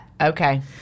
Okay